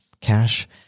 cash